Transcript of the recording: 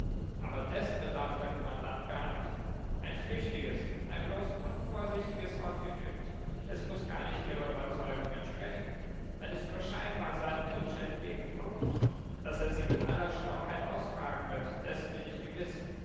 aber dessen bedarf der kommandant gar nicht ein flüchtiges ein bloß unvorsichtiges wort genügt es muß gar nicht ihrer überzeugung entsprechen wenn es nur scheinbar seinem wunsche entgegenkommt daß er sie mit aller schlauheit ausfragen wird dessen bin ich gewiß